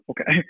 okay